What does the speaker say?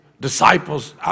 disciples